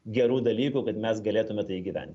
gerų dalykų kad mes galėtume gyvent